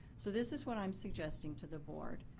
so this is what i'm suggesting to the board.